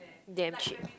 damn cheap